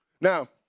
Now